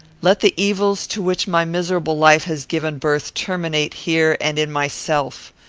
let the evils to which my miserable life has given birth terminate here and in myself.